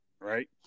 right